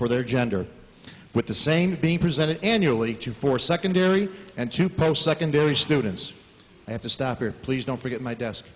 for their gender but the same being presented annually to for secondary and to post secondary students and to stop it please don't forget my desk